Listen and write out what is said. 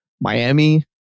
Miami